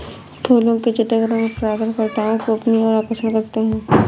फूलों के चटक रंग परागणकर्ता को अपनी ओर आकर्षक करते हैं